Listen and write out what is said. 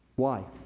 why?